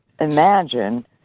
imagine